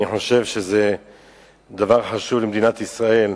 אני חושב שזה דבר חשוב למדינת ישראל.